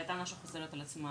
טענה שחוזרת על עצמה